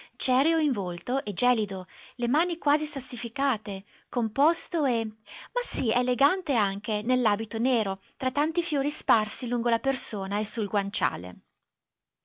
cereo in volto e gelido le mani quasi sassificate composto e ma sì elegante anche nell'abito nero tra tanti fiori sparsi lungo la persona e sul guanciale